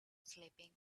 sleeping